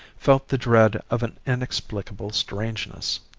felt the dread of an inexplicable strangeness.